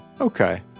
Okay